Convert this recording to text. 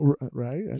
Right